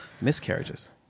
miscarriages